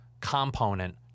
component